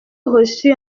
reçut